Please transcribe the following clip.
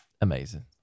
Amazing